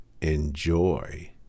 enjoy